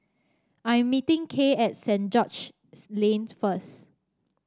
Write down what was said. I am meeting Kay at Saint George's Lane first